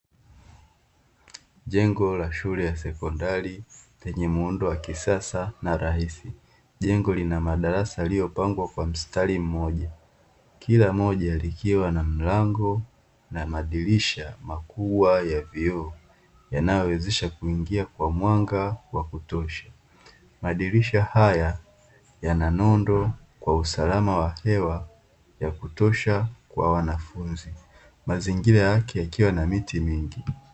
Jengo la shule ya sekondari lenye muundo wa kisasa na rahisi. Jengo lina madarasa yaliyopangwa kwa mstari mmoja, kila mmoja likiwa na mlango na madirisha makubwa ya vioo yanayowezesha kuingia kwa mwanga wa kutosha. Madirisha haya yana nondo kwa usalama wa hewa ya kutosha kwa wanafunzi. Mazingira yake yakiwa na miti mingi.